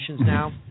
now